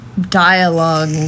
dialogue